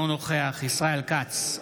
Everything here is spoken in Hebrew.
אינו נוכח ישראל כץ,